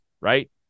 right